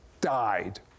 died